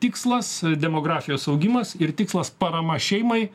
tikslas demografijos augimas ir tikslas parama šeimai